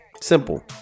simple